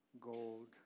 gold